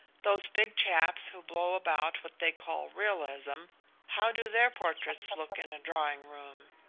those big chaps who blow about what they call realism how do their portraits look in a drawing-room?